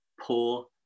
poor